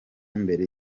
mbere